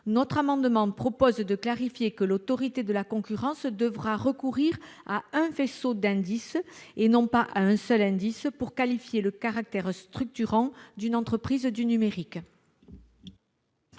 Cet amendement vise à clarifier et à préciser que l'Autorité de la concurrence devra recourir à un faisceau d'indices et non pas à un seul indice pour qualifier le caractère structurant d'une entreprise du numérique.